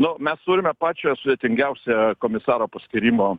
nu mes turime pačią sudėtingiausią komisaro paskyrimo